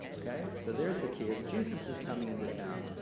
okay, so there's zacchaeus, jesus is coming into town.